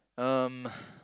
um